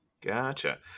Gotcha